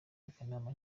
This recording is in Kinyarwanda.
akanama